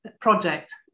project